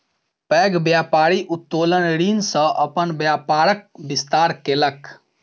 पैघ व्यापारी उत्तोलन ऋण सॅ अपन व्यापारक विस्तार केलक